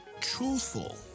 truthful